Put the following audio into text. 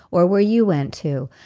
or where you went to,